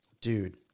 Dude